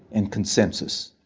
and consensus.